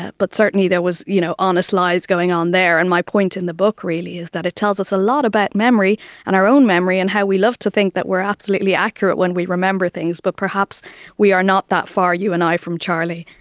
ah but certainly there was you know honest lies going on there. and my point in the book really is that it tells us a lot about memory and our own memory and how we love to think that we are absolutely accurate when we remember things but perhaps we are not that far, you and i, from charlie.